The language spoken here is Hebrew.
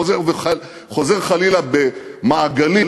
וחוזר חלילה במעגלים,